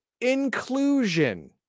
inclusion